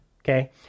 Okay